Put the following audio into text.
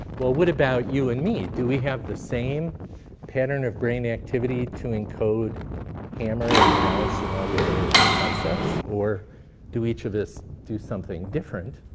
well, what about you and me? do we have the same pattern of brain activity to encode hammer, and house, and all the other concepts? or do each of us do something different?